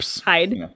Hide